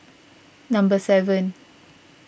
number seven